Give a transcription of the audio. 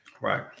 right